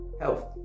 health